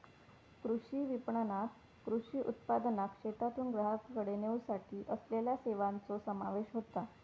कृषी विपणणात कृषी उत्पादनाक शेतातून ग्राहकाकडे नेवसाठी असलेल्या सेवांचो समावेश होता